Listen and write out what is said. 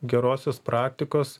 gerosios praktikos